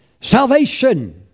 Salvation